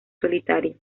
solitario